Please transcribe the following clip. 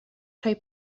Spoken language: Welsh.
rhoi